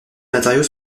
matériaux